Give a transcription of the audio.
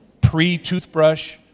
pre-toothbrush